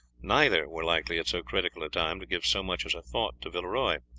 neither were likely, at so critical a time, to give so much as a thought to villeroy.